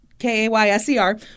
K-A-Y-S-E-R